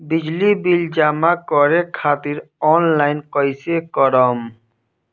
बिजली बिल जमा करे खातिर आनलाइन कइसे करम?